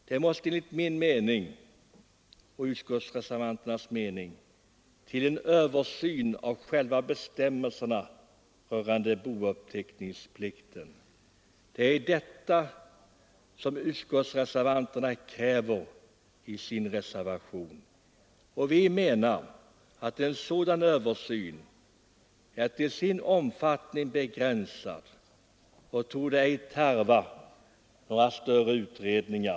Det måste enligt min och reservanternas mening till en översyn av själva bestämmelserna rörande bouppteckningsplikten. Det är detta som vi reservanter kräver. Vi menar att en sådan översyn till sin omfattning kan göras begränsad och ej torde tarva någon större utredning.